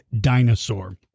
dinosaur